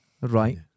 Right